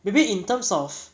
maybe in terms of